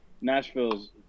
Nashville's